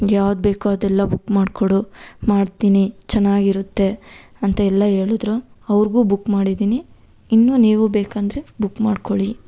ಯಾವ್ದು ಬೇಕೊ ಅದೆಲ್ಲ ಬುಕ್ ಮಾಡಿಕೊಡು ಮಾಡ್ತೀನಿ ಚೆನ್ನಾಗಿರುತ್ತೆ ಅಂತ ಎಲ್ಲ ಹೇಳದ್ರು ಅವ್ರಿಗೂ ಬುಕ್ ಮಾಡಿದ್ದೀನಿ ಇನ್ನು ನೀವೂ ಬೇಕಂದರೆ ಬುಕ್ ಮಾಡ್ಕೊಳ್ಳಿ